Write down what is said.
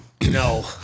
No